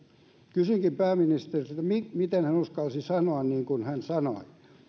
kysynkin pääministeriltä miten hän uskalsi sanoa niin kuin hän sanoi